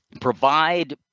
provide